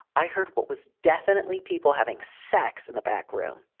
i heard what was definitely people having sex in the back room.